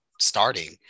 starting